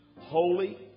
holy